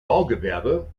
baugewerbe